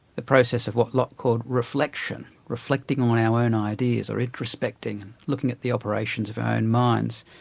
the process of what locke called reflection, reflecting on our own ideas or introspecting, and looking at the operations of our own minds,